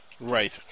Right